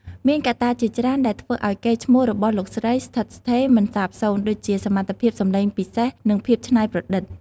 មានកត្តាជាច្រើនដែលធ្វើឱ្យកេរ្តិ៍ឈ្មោះរបស់លោកស្រីស្ថិតស្ថេរមិនសាបសូន្យ ដូចជា សមត្ថភាពសម្លេងពិសេស និងភាពច្នៃប្រឌិត។